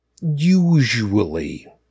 Usually